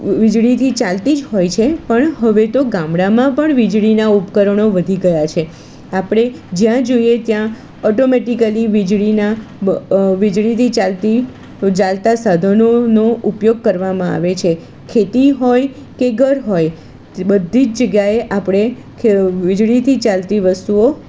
વીજળીથી ચાલતી જ હોય છે પણ હવે તો ગામડામાં પણ વીજળીનાં ઉપકરણો વધી ગયાં છે આપણે જ્યાં જોઈએ ત્યાં ઓટોમેટિકલી વીજળીનાં વીજળીથી ચાલતી ચાલતાં સાધનોનો ઉપયોગ કરવામાં આવે છે ખેતી હોય કે ઘર હોય બધી જ જગ્યાએ આપણે વીજળીથી ચાલતી વસ્તુઓ